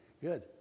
good